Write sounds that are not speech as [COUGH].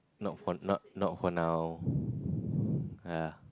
not for not not for now [BREATH] ah